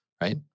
right